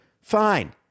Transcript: Fine